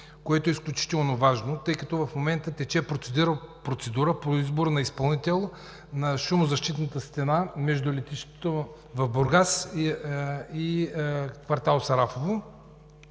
нещо изключително важно, тъй като в момента тече процедура по избор на изпълнител на шумозащитната стена между летището в Бургас и квартал „Сарафово“.